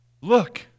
Look